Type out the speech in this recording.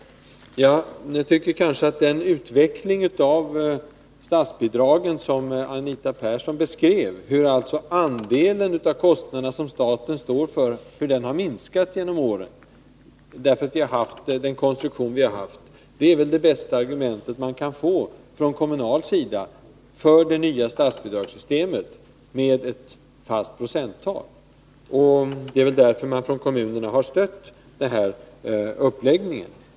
Jag tycker att den utveckling av statsbidragen som Anita Persson beskrev — dvs. att den andel av kostnaderna som staten står för har minskat under årens lopp, därför att vi har haft konstruktionen med ett bidrag per plats — är det bästa argumentet från kommunal synpunkt för det nya statsbidragssystemet med ett fast procenttal. Det är också därför som kommunerna har stött den här uppläggningen.